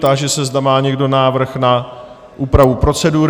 Táži se, zda má někdo návrh na úpravu procedury.